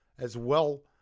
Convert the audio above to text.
as well,